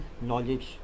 knowledge